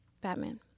Batman